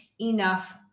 enough